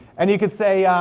and you could say,